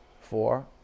four